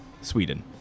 sweden